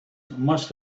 must